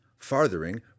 farthering